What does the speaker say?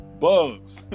Bugs